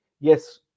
Yes